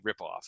ripoff